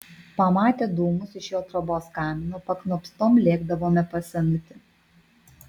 pamatę dūmus iš jo trobos kamino paknopstom lėkdavome pas senutį